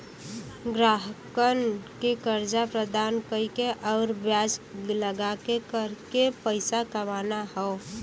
ग्राहकन के कर्जा प्रदान कइके आउर ब्याज लगाके करके पइसा कमाना हौ